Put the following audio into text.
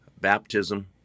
baptism